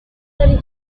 very